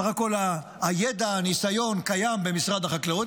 בסך הכול הידע והניסיון קיימים במשרד החקלאות,